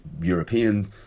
European